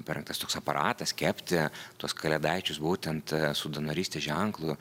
parinktas toks aparatas kepti tuos kalėdaičius būtent su donorystės ženklu